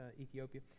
Ethiopia